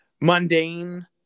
mundane